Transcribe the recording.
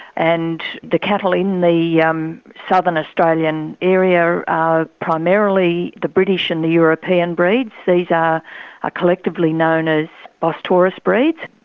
and the cattle in the yeah um southern australian area are primarily the british and the european breeds. these are ah collectively known as bos taurus breeds,